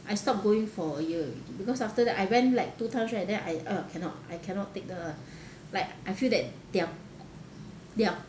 I stopped going for a year already because after that I went like two times right then I uh cannot I cannot take the like I feel that their their